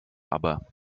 aber